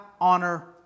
honor